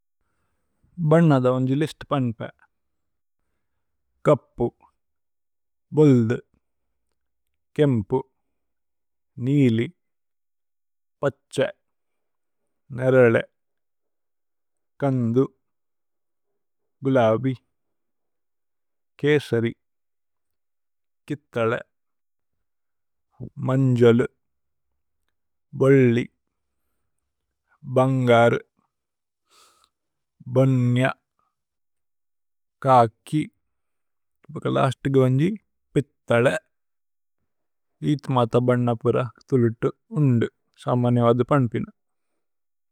ഭന്ന ദവന്ജി ലിസ്ത്പന് ക കപു, ഭുല്ദു, കേമ്പു। നീലി, പഛ്ഛ, നേരല, കന്ദു, ഗുലവി, കേസരി। കിഥല, മന്ജലു, ഭലി, ഭന്ഗരു, ഭലി, ഭുന്യ। കകി, ഭുല്ദു, പിഥല, ഈഥ്മത ബന്ന പുര। തുലുത്തു ഉന്ദു സമനേവദ പന്പീന।